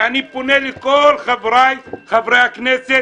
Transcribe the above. אני פונה לכל חבריי חברי הכנסת,